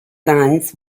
sons